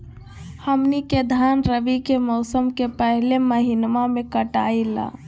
हमनी के धान रवि के मौसम के पहले महिनवा में कटाई ला